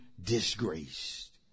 disgraced